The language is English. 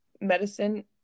medicine